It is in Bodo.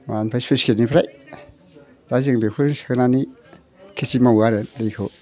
माबानिफ्राय स्लुइस गेटनिफ्राय दा जों बेफोर सोनानै खेथि मावो आरो दैखौ